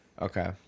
Okay